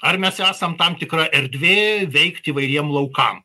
ar mes esam tam tikra erdvė veikt įvairiem laukam